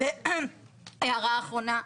הערה אחרונה.